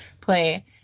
play